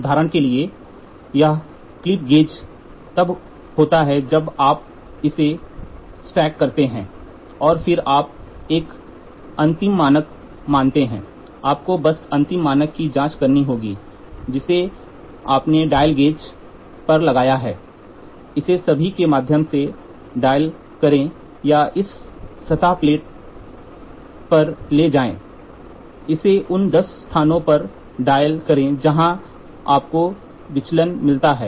उदाहरण के लिए यह क्लिप गेज तब होता है जब आप इसे स्टैक करते हैं और फिर आप एक अंतिम मानक बनाते हैं आपको बस अंतिम मानक की जांच करनी होगी जिसे आपने डायल गेज लगाया है इसे सभी के माध्यम से डायल करें या एक सतह प्लेट लें इसे उन दस स्थानों पर डायल करें जहां आपको विचलन मिलता है